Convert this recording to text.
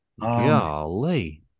Golly